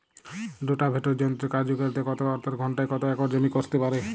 Rotavator যন্ত্রের কার্যকারিতা কত অর্থাৎ ঘণ্টায় কত একর জমি কষতে পারে?